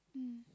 mm